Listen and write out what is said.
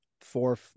four